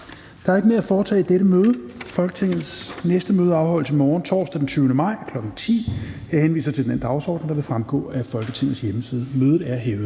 Der er ikke mere at foretage i dette møde. Folketingets næste møde afholdes i morgen, torsdag den 20. maj 2021, kl. 10.00. Jeg henviser til den dagsorden det, der vil fremgå af Folketingets hjemmeside. Mødet er hævet.